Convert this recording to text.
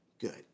good